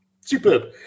Superb